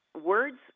words